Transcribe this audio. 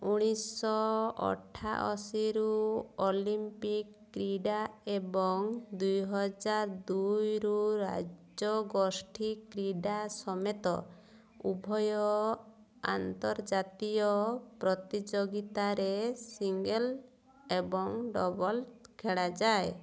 ଉଣେଇଶହ ଅଠାଅଶୀରୁ ଅଲିମ୍ପିକ୍ କ୍ରୀଡ଼ା ଏବଂ ଦୁଇହଜାର ଦୁଇରୁ ରାଜ୍ୟଗୋଷ୍ଠୀ କ୍ରୀଡ଼ା ସମେତ ଉଭୟ ଆନ୍ତର୍ଜାତୀୟ ପ୍ରତିଯୋଗିତାରେ ସିଙ୍ଗଲ୍ ଏବଂ ଡବଲ୍ ଖେଳାଯାଏ